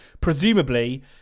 presumably